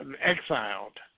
exiled